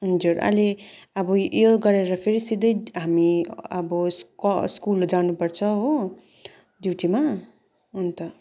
हजुर अहिले अब यो गरेर फेरि सिधै हामी अब स्क स्कुल जानु पर्छ हो ड्युटीमा अन्त